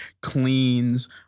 cleans